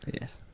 Yes